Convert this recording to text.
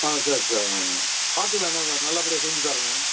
ஆ சரி சரி ஆஆ பார்த்துக்கலாம் என்ன வ நல்லபடியாக செஞ்சு தரேண்ணே